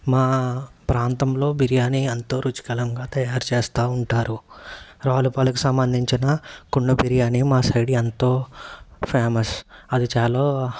మా ప్రాంతంలో బిర్యాని ఎంతో రుచికలంగా తయారు చేస్తూ ఉంటారు రావులపాలెం సంబంధించిన కుండ బిర్యానీ మా సైడ్ ఎంతో ఫేమస్ అది చాలా